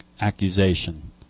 accusation